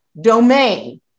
domain